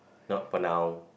not for now